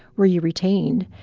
were you retained?